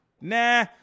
Nah